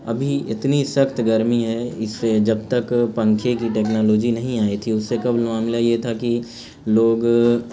ابھی اتنی سخت گرمی ہے اس سے جب تک پنکھے کی ٹیکنالوجی نہیں آئی تھی اس سے قبل معاملہ یہ تھا کہ لوگ